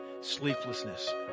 sleeplessness